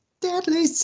Deadly